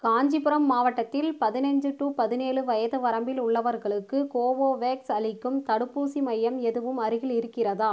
காஞ்சிபுரம் மாவட்டத்தில் பதினைஞ்சு டு பதினேலு வயது வரம்பில் உள்ளவர்களுக்கு கோவோவேக்ஸ் அளிக்கும் தடுப்பூசி மையம் எதுவும் அருகில் இருக்கிறதா